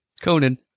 Conan